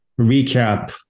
recap